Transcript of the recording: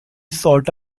sought